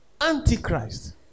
Antichrist